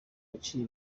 yaciye